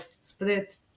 split